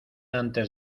antes